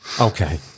okay